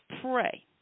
pray